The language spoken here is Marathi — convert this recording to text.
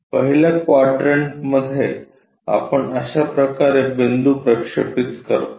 पहिल्या क्वाड्रंटमध्ये आपण अशा प्रकारे बिंदू प्रक्षेपित करतो